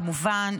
כמובן,